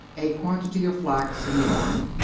a quantity of flax and yarn,